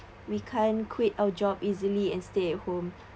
we can't quit our job easily and stay at home